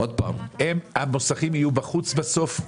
המוסכים יהיו בסוף בחוץ?